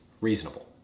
reasonable